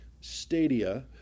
stadia